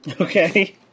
Okay